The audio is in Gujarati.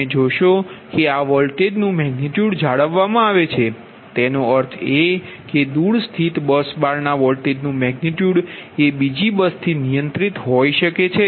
તમે જોશો કે આ વોલ્ટેજનુ મેગનિટયુડ જાળવવામાં આવે છે તેનો અર્થ એ કે દૂર સ્થિત બસ બારના વોલ્ટેજનુ મેગનિટયુડ એ બીજી બસથી નિયંત્રણ હોઈ શકે છે